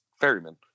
ferryman